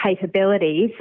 capabilities